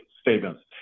statements